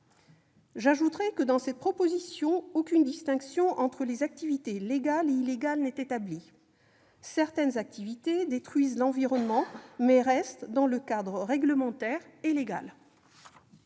J'ajoute que, dans cette proposition de loi, aucune distinction entre les activités légales et illégales n'est établie. Certaines activités détruisent l'environnement, mais restent dans le cadre réglementaire et légal.